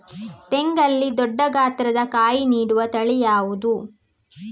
ತೆಂಗಲ್ಲಿ ದೊಡ್ಡ ಗಾತ್ರದ ಕಾಯಿ ನೀಡುವ ತಳಿ ಯಾವುದು?